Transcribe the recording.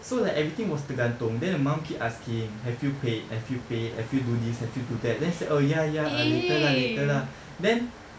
so like everything was like tergantung then the mum keep asking have you paid have you paid have you do this have you do that then she said oh ya ya ah later lah later lah then